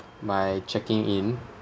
my checking in